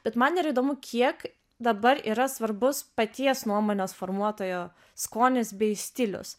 bet man yra įdomu kiek dabar yra svarbus paties nuomonės formuotojo skonis bei stilius